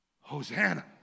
Hosanna